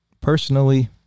personally